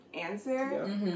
answer